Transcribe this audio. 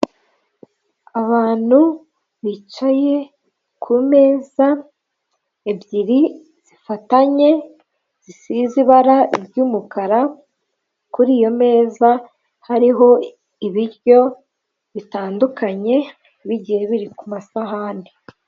Abantu bicaye kumeza ebyiri zifatanye zisize ibara ry'umukara kuri iyo meza hariho ibiryo bitandukanye bigiye biri ku masahani.